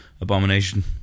Abomination